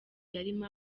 yarimo